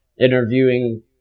interviewing